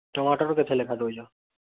ଟମାଟର୍ କେତେ ଲେଖା ଦେଉଛ